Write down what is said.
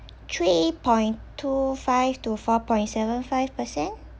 three point two five to four point seven five percent